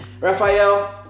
Raphael